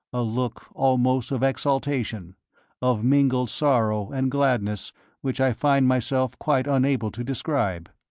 a look almost of exaltation of mingled sorrow and gladness which i find myself quite unable to describe.